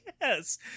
Yes